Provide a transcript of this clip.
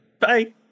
bye